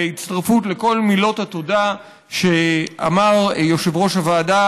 בהצטרפות לכל מילות התודה שאמר יושב-ראש הוועדה